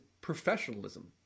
professionalism